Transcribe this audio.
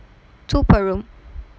two per room